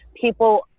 people